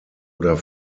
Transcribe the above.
oder